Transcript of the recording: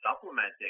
supplementing